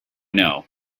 know